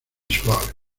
suave